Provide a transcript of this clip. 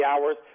hours